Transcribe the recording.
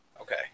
Okay